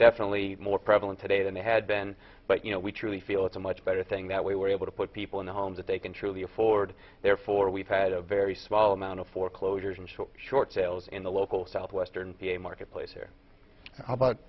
definitely more prevalent today than they had been but you know we truly feel it's a much better thing that we were able to put people in the homes that they can truly afford therefore we've had a very small amount of foreclosures and short short sales in the local southwestern p a marketplace there about